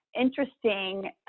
interesting